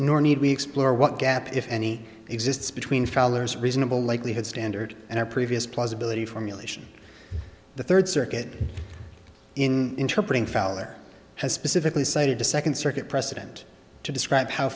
nor need we explore what gap if any exists between fowler's reasonable likelihood standard and our previous plausibility formulation the third circuit in interpreting fowler has specifically cited to second circuit precedent to describe how